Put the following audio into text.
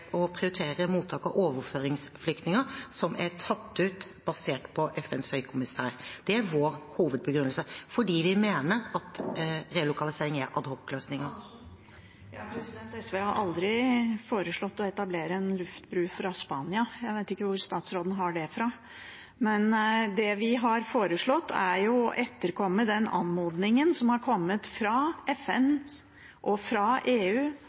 å prioritere mottak av overføringsflyktninger som er tatt ut basert på FNs høykommissær. Det er vår hovedbegrunnelse fordi vi mener at relokalisering er en adhocløsning. SV har aldri foreslått å etablere en luftbro fra Spania. Jeg vet ikke hvor statsråden har det fra. Det vi har foreslått, er å etterkomme den anmodningen som har kommet fra FN, fra EU og fra